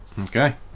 Okay